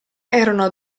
erano